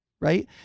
right